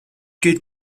gilt